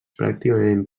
pràcticament